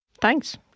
Thanks